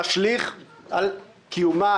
תשליך על קיומה,